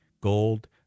gold